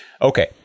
Okay